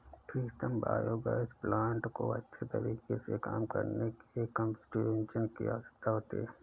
प्रीतम biogas plant को अच्छे तरीके से काम करने के लिए कंबस्टिव इंजन की आवश्यकता होती है